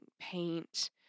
paint